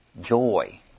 joy